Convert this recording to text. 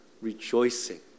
rejoicing